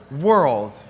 world